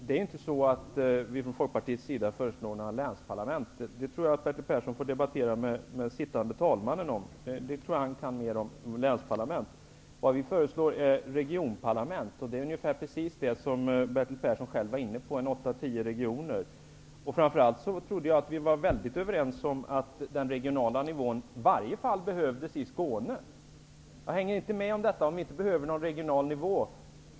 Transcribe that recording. Herr talman! Vi från Folkpartiet föreslår ju inte några länsparlament. Det tror jag att Bertil Persson får diskutera med sittande talmannen. Han kan nog mera om länsparlament än jag. Vad vi föreslår är däremot regionparlament, vilket är ungefär detsamma som Bertil Persson var inne på. Det handlar då om 8--10 regioner. Framför allt trodde jag att vi var överens om att den regionala nivån behövdes i varje fall i Skåne. Jag hänger inte med på att vi inte behöver någon regional nivå.